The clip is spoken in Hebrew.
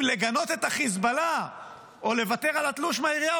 אם לגנות את החיזבאללה או לוותר על התלוש מהעירייה,